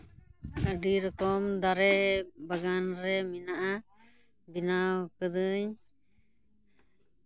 ᱟᱹᱰᱤ ᱨᱚᱠᱚᱢ ᱫᱟᱨᱮ ᱵᱟᱜᱟᱱᱨᱮ ᱢᱮᱱᱟᱜᱼᱟ ᱵᱮᱱᱟᱣ ᱠᱟᱹᱫᱟᱹᱧ